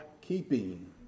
keeping